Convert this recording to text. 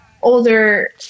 older